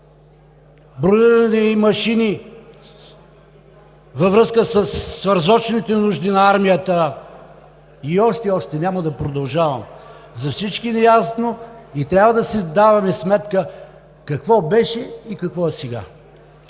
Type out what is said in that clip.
бронирани машини във връзка със свързочните нужди на армията и още, и още. Няма да продължавам. За всички ни е ясно и трябва да си даваме сметка какво беше и какво е сега.